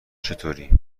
چطوری